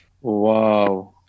Wow